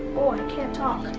boy i can't talk.